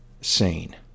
sane